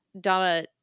Donna